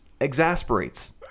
exasperates